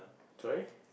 sorry